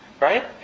right